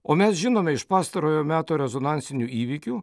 o mes žinome iš pastarojo meto rezonansinių įvykių